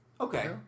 Okay